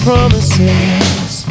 promises